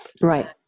right